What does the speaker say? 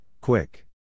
quick